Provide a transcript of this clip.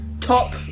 top